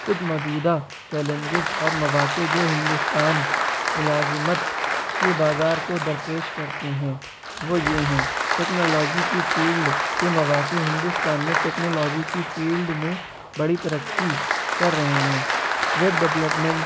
کچھ موجودہ چیلنجز اور مواقع جو ہندوستان ملازمت کے بازار کو درپیش کرتے ہیں وہ یہ ہیں ٹیکنالوجی کی فیلڈ کے مواقع ہندوستان میں ٹیکنالوجی کی فیلڈ میں بڑی ترقی کر رہے ہیں ویب ڈولپمنٹ